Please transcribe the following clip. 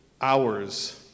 hours